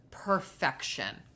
perfection